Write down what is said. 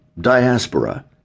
Diaspora